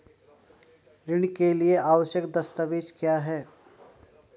ऋण के लिए आवश्यक दस्तावेज क्या हैं?